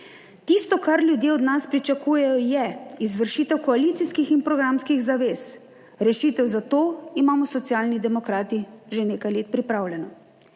Tisto, kar ljudje od nas pričakujejo, je izvršitev koalicijskih in programskih zavez rešitev, za to imamo Socialni demokrati že nekaj let pripravljeno.